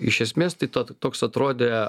iš esmės tai tad toks atrodė